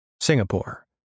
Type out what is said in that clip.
Singapore